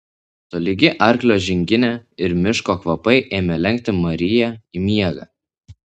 tolygi arklio žinginė ir miško kvapai ėmė lenkti mariją į miegą